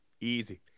Easy